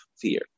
fear